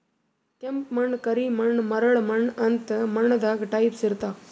ಕೆಂಪ್ ಮಣ್ಣ್, ಕರಿ ಮಣ್ಣ್, ಮರಳ್ ಮಣ್ಣ್ ಅಂತ್ ಮಣ್ಣ್ ದಾಗ್ ಟೈಪ್ಸ್ ಇರ್ತವ್